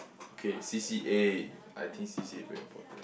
okay C_C_A I think C_C_A very important